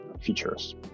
features